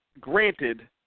granted